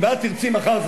אם את תרצי מחר,